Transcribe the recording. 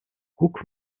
guck